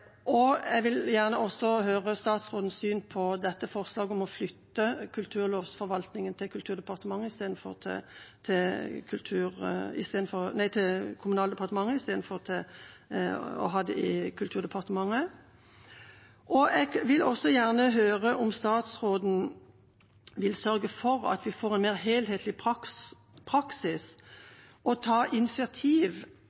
Jeg vil gjerne høre statsrådens syn på forslaget om å flytte kulturlovsforvaltningen til Kommunal- og moderniseringsdepartementet istedenfor å ha det i Kulturdepartementet. Jeg vil også gjerne høre om statsråden vil sørge for at vi får en mer helhetlig